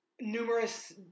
numerous